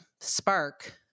spark